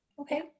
Okay